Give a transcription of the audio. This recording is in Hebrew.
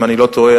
אם אני לא טועה,